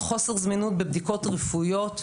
חוסר זמינות של בדיקות רפואיות ועוד,